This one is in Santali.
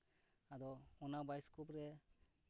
ᱟᱫᱚ ᱚᱱᱟ ᱵᱟᱭᱳᱥᱠᱳᱯ ᱨᱮ